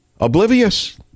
oblivious